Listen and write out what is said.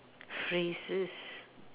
phrases